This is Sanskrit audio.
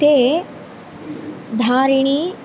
ते धारिणी